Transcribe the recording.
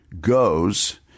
goes